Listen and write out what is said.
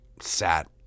sat